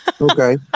Okay